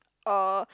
uh